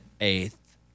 eighth